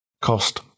cost